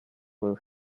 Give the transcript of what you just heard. will